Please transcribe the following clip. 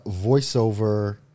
voiceover